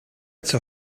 zur